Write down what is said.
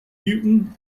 newton